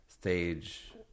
stage